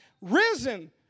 risen